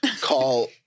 call